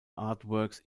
artworks